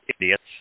idiots